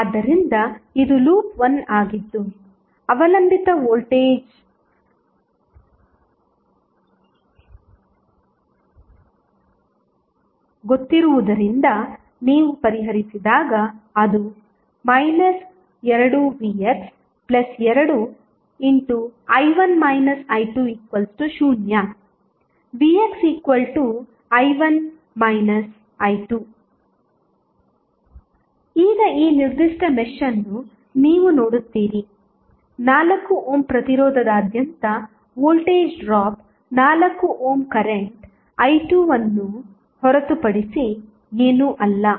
ಆದ್ದರಿಂದ ಇದು ಲೂಪ್ 1 ಆಗಿದ್ದು ಅವಲಂಬಿತ ವೋಲ್ಟೇಜ್ಹೋಗುತ್ತಿರುವುದರಿಂದ ನೀವು ಪರಿಹರಿಸಿದಾಗ ಅದು 2vx2i1 i20⇒vxi1 i2 ಈಗ ಈ ನಿರ್ದಿಷ್ಟ ಮೆಶ್ ಅನ್ನು ನೀವು ನೋಡುತ್ತೀರಿ 4 ಓಮ್ ಪ್ರತಿರೋಧ ದಾದ್ಯಂತ ವೋಲ್ಟೇಜ್ ಡ್ರಾಪ್ 4 ಓಮ್ ಕರೆಂಟ್ i2ಅನ್ನು ಹೊರತುಪಡಿಸಿ ಏನೂ ಅಲ್ಲ